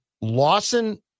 Lawson